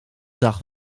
dag